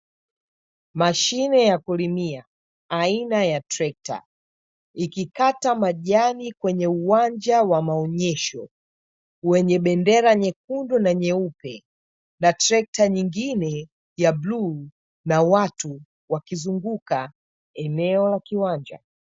Mashine ya kulimia aina ya trekta, ikikata majani kwenye uwanja wa maonyesho wenye bendera nyekundu na nyeupe, na trekta nyingine ya buluu na watu wakizunguka eneo la kiwanja.